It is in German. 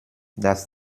das